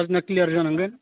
खाजोना क्लियार जानांगोन